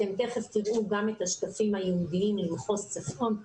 אתם תכף תראו גם את השקפים הייעודיים ממחוז צפון,